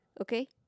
Okay